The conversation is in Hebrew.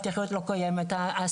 ה- - לא קיימת,